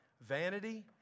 vanity